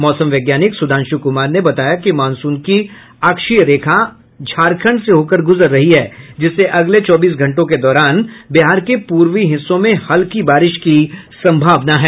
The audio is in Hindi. मौसम वैज्ञानिक सुधांशु कुमार ने बताया कि मॉनसून की अक्षीय रेखा झारखंड से होकर गुजर रही है जिससे अगले चौबीस घंटों के दौरान बिहार के पूर्वी हिस्सों में हल्की बारिश की सम्भावना है